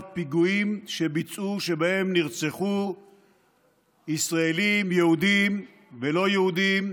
פיגועים שביצעו ובהם נרצחו ישראלים יהודים ולא יהודים,